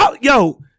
Yo